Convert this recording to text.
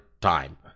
time